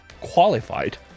qualified